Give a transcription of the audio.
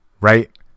Right